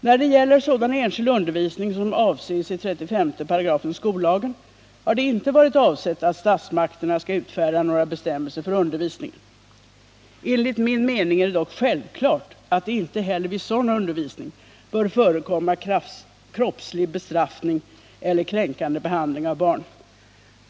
När det gäller sådan enskild undervisning som avses i 35 § skollagen har det inte varit avsett att statsmakterna skall utfärda några bestämmelser för undervisningen. Enligt min mening är det dock självklart att det inte heller vid sådan undervisning bör förekomma kroppslig bestraffning eller kränkande behandling av barn.